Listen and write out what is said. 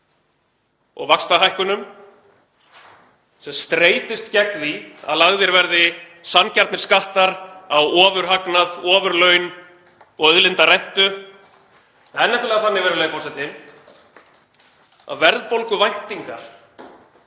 og vaxtahækkunum sem streitist á móti því að lagðir verði sanngjarnir skattar á ofurhagnað, ofurlaun og auðlindarentu? Það er nefnilega þannig, virðulegi forseti, að verðbólguvæntingar